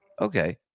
Okay